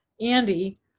Andy